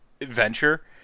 adventure